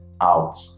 out